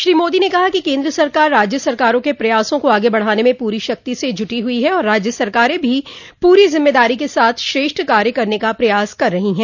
श्री मोदी ने कहा कि केन्द्र सरकार राज्य सरकारों के प्रयासों को आगे बढ़ाने में पूरी शक्ति से जुटी हुई है और राज्य सरकारें भी पूरी जिम्मेदारी के साथ श्रेष्ठ कार्य करने का प्रयास कर रही है